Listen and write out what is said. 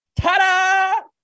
Ta-da